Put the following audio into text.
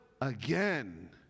again